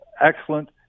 excellent